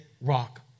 rock